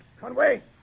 Conway